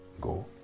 go